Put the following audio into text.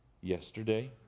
yesterday